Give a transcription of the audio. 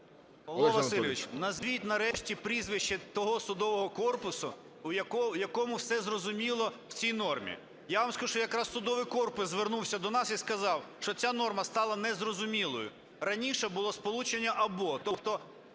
Павло Васильович, назвіть, нарешті, прізвище того судового корпусу, якому все зрозуміло в цій нормі? Я вам скажу, що якраз судовий корпус звернувся до нас і сказав, що ця норма стала незрозумілою. Раніше було сполучення "або", тобто